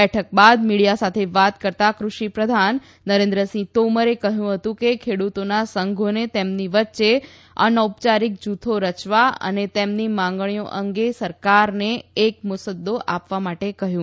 બેઠક બાદ મીડીયા સાથે વાત કરતા કૃષિ પ્રધાન નરેન્દ્રસિંહ તોમરે કહ્યું હતું કે ખેડુતોના સંઘોને તેમની વચ્ચે અનૌપચારિક જુથો રચવા અને તેમની માંગણીઓ અંગે સરકારને એક મુસદૃો આપવા માટે કહ્યું